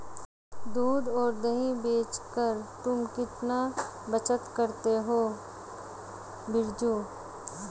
दूध और दही बेचकर तुम कितना बचत करते हो बिरजू?